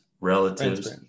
relatives